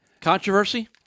controversy